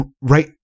Right